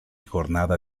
jornada